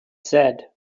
said